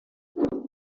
ikarito